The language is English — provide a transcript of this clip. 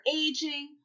aging